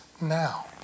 now